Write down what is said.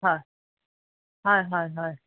হয় হয় হয়